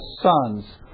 sons